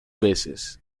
veces